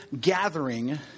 gathering